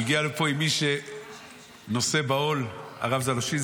הוא הגיע לפה עם מי שנושא בעול, הרב זלושינסקי.